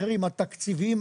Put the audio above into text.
התקציבים,